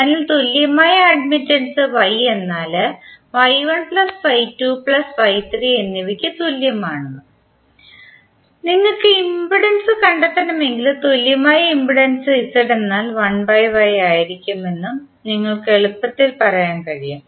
അതിനാൽ തുല്യമായ admittance Y എന്നാൽ Y1 plus Y2 plus Y3 എന്നിവയ്ക്ക് തുല്യമാണെന്നും നിങ്ങൾക്ക് ഇംപെഡൻസ് കണ്ടെത്തണമെങ്കിൽ തുല്യമായ ഇംപെഡൻസ് Z എന്നാൽ 1Y ആയിരിക്കുമെന്നും നിങ്ങൾക്ക് എളുപ്പത്തിൽ പറയാൻ കഴിയും